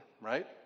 right